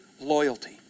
loyalty